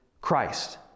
Christ